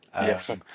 Yes